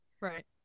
right